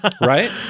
right